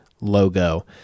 logo